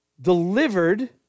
delivered